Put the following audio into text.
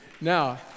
Now